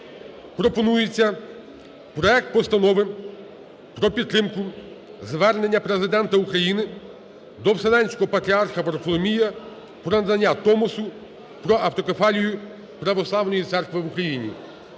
пропонується проект Постанови про підтримку звернення Президента України до Вселенського Патріарха Варфоломія про надання Томосу про автокефалію Православної Церкви в Україні.